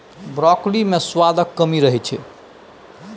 broccoli मे सुआदक कमी रहै छै